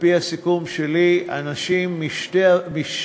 על-פי הסיכום שלי, אנשים משתי